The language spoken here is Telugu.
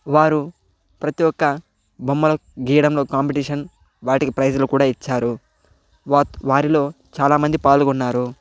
వారు ప్రతి ఒక్క బొమ్మలు గీయడంలో కాంపిటీషన్ వాటికి ప్రైజ్లు కూడా ఇచ్చారు వాత్ వారిలో చాలామంది పాల్గొన్నారు